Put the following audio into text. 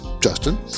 Justin